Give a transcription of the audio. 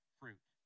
fruit